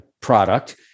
product